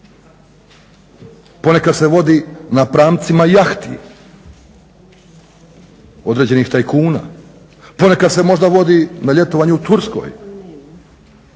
Poneka se vodi na pramcima jahti određenih tajkuna. Poneka se možda vodi na ljetovanju u Turskoj,